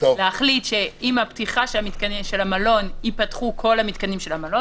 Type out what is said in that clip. אפשר להחליט שעם פתיחת המלון ייפתחו כל מתקני המלון